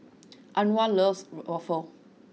Anwar loves waffle